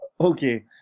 Okay